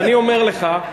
אז אני אומר לך,